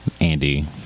Andy